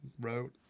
wrote